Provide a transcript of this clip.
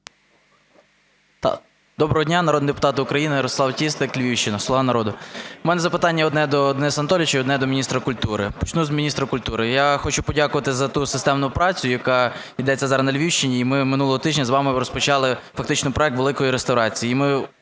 Доброго дня, народні депутати України! Ярослав Тістик, Львівщина, "Слуга народу". У мене запитання одне до Дениса Анатолійовича і одне до міністра культури. Почну з міністра культури. Я хочу подякувати за ту системну працю, яка йдеться зараз на Львівщині, і ми минулого тижня з вами розпочали фактично проект великої реставрації.